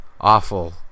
awful